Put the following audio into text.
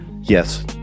Yes